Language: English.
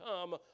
come